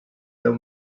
deu